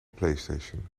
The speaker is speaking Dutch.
playstation